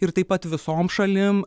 ir taip pat visom šalim